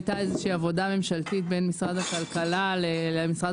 הייתה עבודה ממשלתית בין משרד הכלכלה למשרד